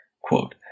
Quote